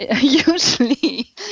Usually